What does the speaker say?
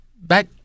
back